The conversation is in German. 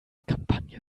kampagne